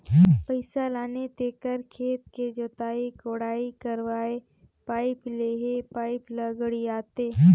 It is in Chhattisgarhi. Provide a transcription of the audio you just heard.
पइसा लाने तेखर खेत के जोताई कोड़ाई करवायें पाइप लेहे पाइप ल गड़ियाथे